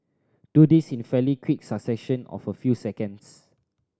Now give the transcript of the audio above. do this in fairly quick succession of a few seconds